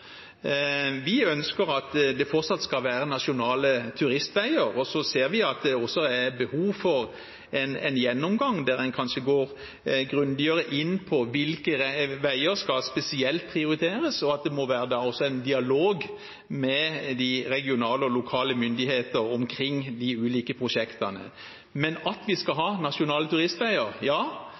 Vi ønsker at det fortsatt skal være nasjonale turistveier, og vi ser også at det er behov for en gjennomgang der en kanskje går grundigere inn på hvilke veier som skal prioriteres spesielt, og at det må være en dialog med regionale og lokale myndigheter omkring de ulike prosjektene. Når det gjelder at vi skal ha nasjonale turistveier: Ja,